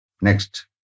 next